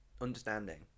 understanding